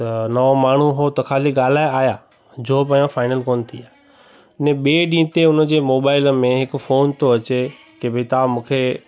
त नओ माण्हू उहो त ख़ाली ॻाल्हाए आहिया जॉब अञा फाइनल कोन थी आहे अने ॿिए ॾींहं ते उन जे मोबाइल में हिकु फोन थो अचे की भई तव्हां मूंखे